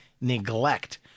neglect